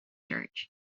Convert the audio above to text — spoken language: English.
church